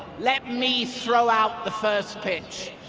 let me throw out the first pitch,